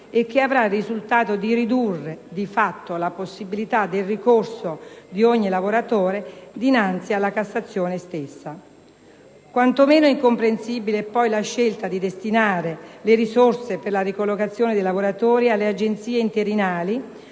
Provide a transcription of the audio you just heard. e che avrà il risultato di ridurre, di fatto, la possibilità del ricorso di ogni lavoratore dinanzi alla Cassazione. Quantomeno incomprensibile è anche la scelta di destinare le risorse per la ricollocazione dei lavoratori alle agenzie interinali,